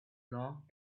long